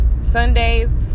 Sundays